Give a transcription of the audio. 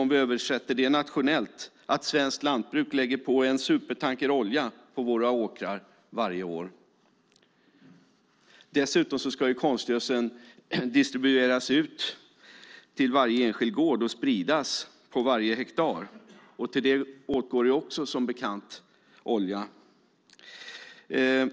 Om vi översätter det nationellt lägger svenskt lantbruk på en supertanker olja på våra åkrar varje år. Dessutom ska konstgödseln distribueras ut till varje enskild gård och spridas på varje hektar. Till det åtgår som bekant också olja.